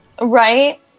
Right